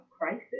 crisis